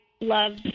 love